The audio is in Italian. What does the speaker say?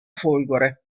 folgore